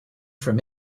from